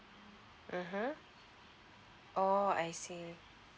(uh huh) orh I see